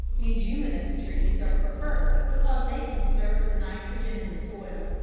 leguminous trees are preferred because they conserve the nitrogen in the soil.